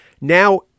now